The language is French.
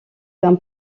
d’un